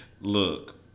Look